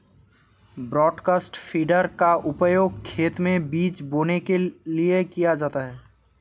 broadcast feeder का उपयोग खेत में बीज बोने के लिए किया जाता है